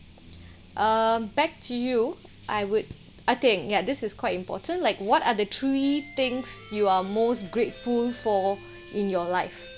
um back to you I would I think ya this is quite important like what are the three things you are most grateful for in your life